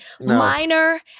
minor